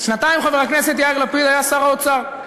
שנתיים חבר הכנסת יאיר לפיד היה שר האוצר,